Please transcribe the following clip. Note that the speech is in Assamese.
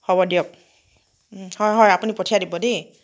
হ'ব দিয়ক হয় হয় আপুনি পঠিয়াই দিব দেই